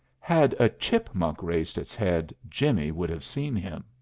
had a chipmunk raised his head, jimmie would have seen him.